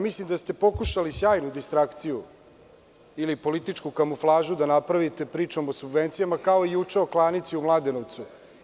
Mislim da ste pokušali sjajnu distrakciju ili političku kamuflažu da napravite pričom o subvencijama kao i juče o klanici u Mladenovcu.